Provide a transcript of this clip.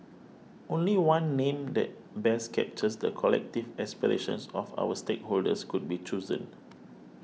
only one name that best captures the collective aspirations of our stakeholders could be chosen